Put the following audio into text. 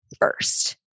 first